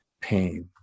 pain